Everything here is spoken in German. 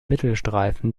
mittelstreifen